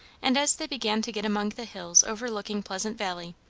and as they began to get among the hills overlooking pleasant valley,